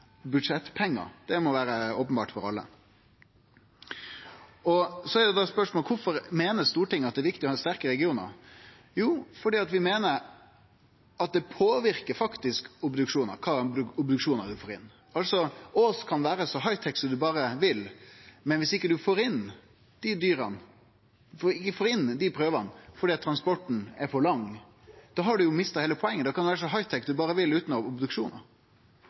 budsjettpengar. Det må vere openbert for alle. Da er spørsmålet: Kvifor meiner Stortinget at det er viktig å ha sterke regionar? Fordi vi meiner at det påverkar obduksjonar, kva slags obduksjonar ein får inn. På Ås kan ein vere så hightech som ein berre vil, men dersom ein ikkje får inn dyra, ikkje får inn dei prøvene fordi transporten er for lang, har ein mista heile poenget. Da kan ein vere så hightech ein berre vil, utan å ha obduksjonar.